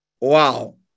Wow